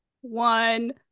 one